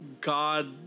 God